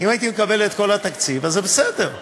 אז זה בסדר.